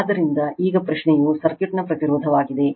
ಆದ್ದರಿಂದ ಈಗ ಪ್ರಶ್ನೆಯು ಸರ್ಕ್ಯೂಟ್ನ ಪ್ರತಿರೋಧವಾಗಿದೆ